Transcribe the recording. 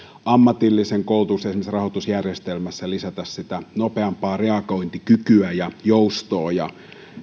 ammatillisen koulutuksen rahoitusjärjestelmässä lisätä nopeampaa reagointikykyä ja joustoa ja